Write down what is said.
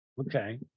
Okay